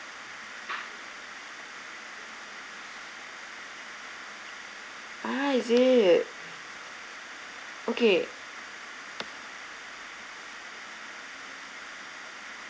ah is it okay